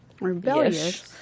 rebellious